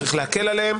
צריך להקל עליהם.